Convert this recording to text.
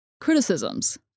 criticisms